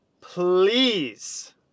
please